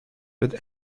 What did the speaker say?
but